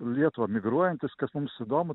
lietuvą migruojantys kas mums įdomu